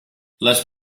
les